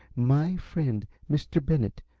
my friend, mr. bennett,